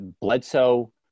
bledsoe